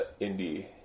indie